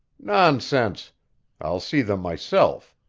nonsense i'll see them myself.